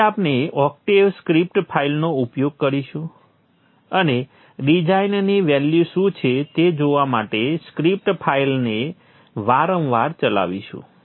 તેથી આપણે Octave script ફાઇલનો ઉપયોગ કરીશું અને ડિઝાઇનની વેલ્યુ શું છે તે જોવા માટે સ્ક્રિપ્ટ ફાઇલને વારંવાર ચલાવીશું